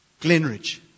Glenridge